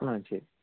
ஆ சரி